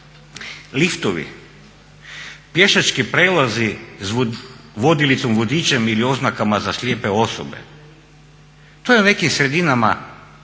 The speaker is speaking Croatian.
Liftovi, pješački prelazi s vodilicom, vodičem ili oznakama za slijepe osobe, to je u nekim sredinama naprosto